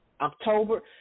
October